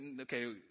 Okay